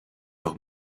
leur